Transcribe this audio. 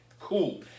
cool